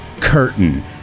Curtain